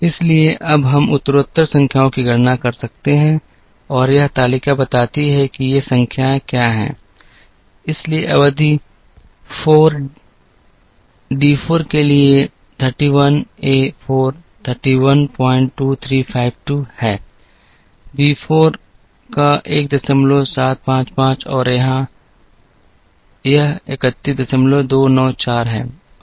इसलिए अब हम उत्तरोत्तर संख्याओं की गणना कर सकते हैं और यह तालिका बताती है कि ये संख्याएँ क्या हैं इसलिए अवधि 4 D 4 के लिए 31 a 4 312352 है b 4 का 1755 और यह 31294 है